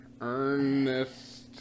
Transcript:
Ernest